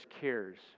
cares